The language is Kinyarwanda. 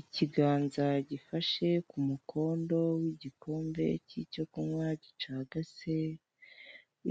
Ikibanza gifashe kumukondo wigikombe cy'icyokunkwa gicagase,